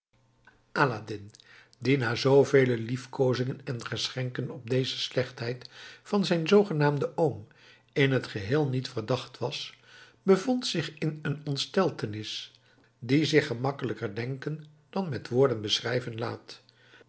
aladdin die na zoovele liefkoozingen en geschenken op deze slechtheid van zijn zoogenaamden oom in t geheel niet verdacht was bevond zich in een ontsteltenis die zich gemakkelijker denken dan met woorden beschrijven laat